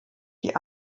die